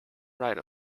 write